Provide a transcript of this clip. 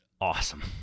awesome